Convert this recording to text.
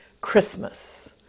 Christmas